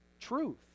truth